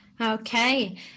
Okay